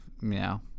meow